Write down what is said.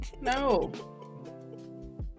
no